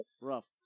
Rough